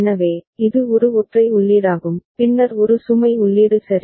எனவே இது ஒரு ஒற்றை உள்ளீடாகும் பின்னர் ஒரு சுமை உள்ளீடு சரி